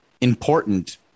important